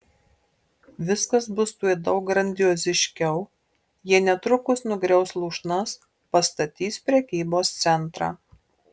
viskas bus tuoj daug grandioziškiau jie netrukus nugriaus lūšnas pastatys prekybos centrą